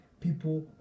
people